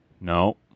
No